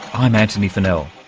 i'm antony funnell.